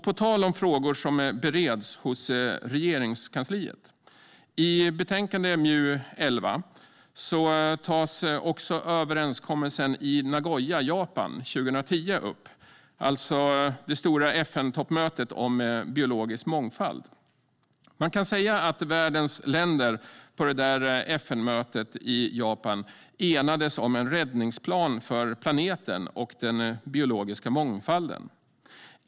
På tal om frågor som bereds i Regeringskansliet tas också överenskommelsen i Nagoya i Japan 2010, alltså det stora FN-mötet om biologisk mångfald, upp i betänkande MJU11. Man kan säga att världens länder på detta FN-möte i Japan enades om en räddningsplan för planeten och den biologiska mångfalden.